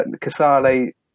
Casale